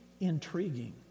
intriguing